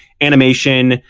animation